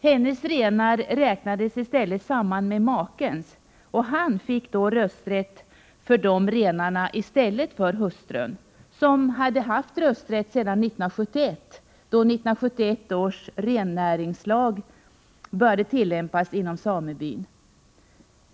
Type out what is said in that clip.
Hennes renar räknades samman med makens, och han fick därmed rösträtt för dessa renar i stället för hustrun, som hade haft rösträtten sedan 1971, då 1971 års rennäringslag började tillämpas inom samebyn.